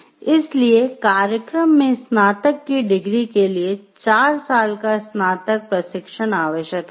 engineering कार्यक्रम में स्नातक की डिग्री के लिए चार साल का स्नातक प्रशिक्षण आवश्यक है